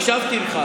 הקשבתי לך,